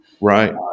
Right